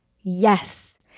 Yes